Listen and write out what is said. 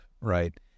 right